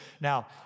now